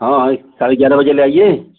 हाँ साढ़े ग्यारह बजे ले आइए